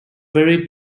very